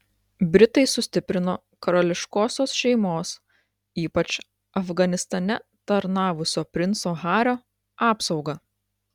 britai sustiprino karališkosios šeimos ypač afganistane tarnavusio princo hario apsaugą